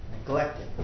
neglected